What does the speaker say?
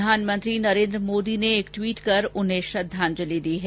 प्रधानमंत्री नरेन्द्र मोदी ने एक ट्वीट कर उन्हें श्रद्दाजंलि दी है